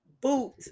boot